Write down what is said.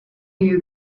you